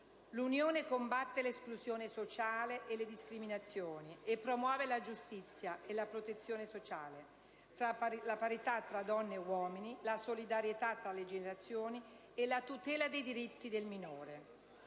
«L'Unione combatte l'esclusione sociale e le discriminazioni e promuove la giustizia e la protezione sociali, la parità tra donne e uomini, la solidarietà tra le generazioni e la tutela dei diritti del minore».